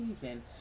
season